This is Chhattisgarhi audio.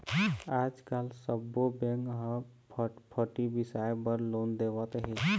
आजकाल सब्बो बेंक ह फटफटी बिसाए बर लोन देवत हे